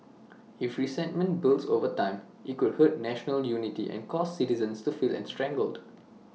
if resentment builds over time IT could hurt national unity and cause citizens to feel estranged